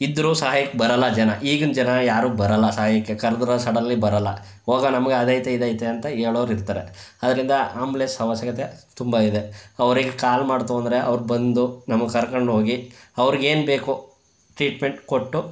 ಇದ್ದರೂ ಸಹಾಯಕ್ಕೆ ಬರಲ್ಲ ಜನ ಈಗಿನ ಜನ ಯಾರೂ ಬರಲ್ಲ ಸಹಾಯಕ್ಕೆ ಕರೆದ್ರೂ ಸಡನ್ಲಿ ಬರಲ್ಲ ಹೋಗೋ ನಮಗೆ ಅದೈತೆ ಇದೈತೆ ಅಂತ ಹೇಳೋರಿರ್ತಾರೆ ಆದ್ದರಿಂದ ಆಂಬುಲೆನ್ಸ್ ಅವಶ್ಯಕತೆ ತುಂಬ ಇದೆ ಅವರಿಗೆ ಕಾಲ್ ಮಾಡ್ತು ಅಂದರೆ ಅವ್ರು ಬಂದು ನಮ್ಮನ್ನು ಕರ್ಕೊಂಡು ಹೋಗಿ ಅವ್ರಿಗೇನು ಬೇಕೋ ಟ್ರೀಟ್ಮೆಂಟ್ ಕೊಟ್ಟು